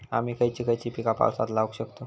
आम्ही खयची खयची पीका पावसात लावक शकतु?